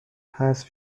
حذف